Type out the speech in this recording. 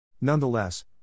Nonetheless